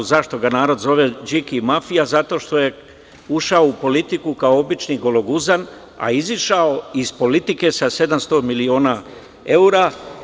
Zašto ga narod zove Điki mafija, zato što je ušao u politiku kao običan gologuzan, a izašao iz politike sa 700 miliona eura.